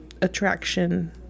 attraction